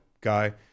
guy